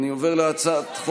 פה, פה.